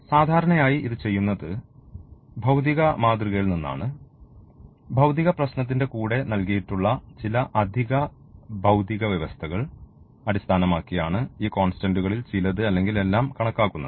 സാധാരണയായി ഇത് ചെയ്യുന്നത് ഭൌതിക മാതൃകയിൽ നിന്നാണ് ഭൌതികപ്രശ്നത്തിന്റെ കൂടെ നൽകിയിട്ടുള്ള ചില അധിക ഭൌതികവ്യവസ്ഥകൾ അടിസ്ഥാനമാക്കിയാണ് ഈ കോൺസ്റ്റന്റുകളിൽ ചിലത് അല്ലെങ്കിൽ എല്ലാം കണക്കാക്കുന്നത്